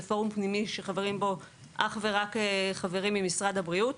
שזה פורום פנימי שחברים בו אך ורק חברים ממשרד הבריאות.